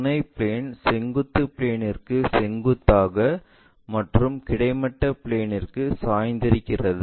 துணை பிளேன் செங்குத்து பிளேன்ற்கு செங்குத்தாக மற்றும் கிடைமட்ட பிளேன்ற்கு சாய்ந்திருக்கிறது